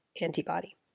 antibody